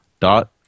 dot